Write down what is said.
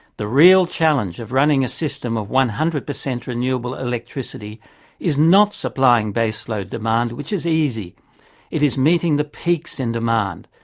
the real challenge of running a system of one hundred per cent renewable electricity is not supplying base-load demand, which is easy it is meeting the peaks in demand.